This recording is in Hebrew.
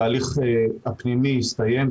התהליך הפנימי הסתיים,